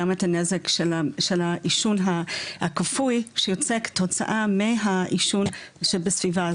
גם את הנזק של העישון הכפוי שיוצא כתוצאה מהעישון שבסביבה,